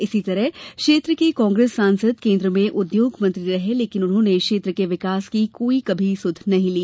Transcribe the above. इसी तरह क्षेत्र के कांग्रेस सांसद केंद्र में उद्योग मंत्री रहे लेकिन उन्होंने क्षेत्र के विकास की कभी कोई सुध नहीं ली